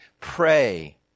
pray